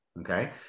okay